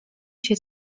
się